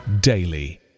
daily